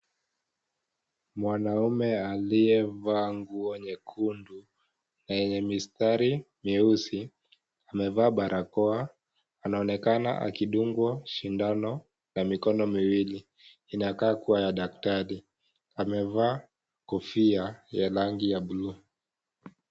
Mwanaume aliyevaa nguo nyekundu lenye mistari meusi, amevaa barakoa, anaonekana akidungwa sindano ya mikono miwili inakaa kuwa ya daktari . Amevaa kofia ya rangi ya bluu.